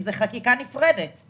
אלה שנפתחו אחרי ה-1 במרץ,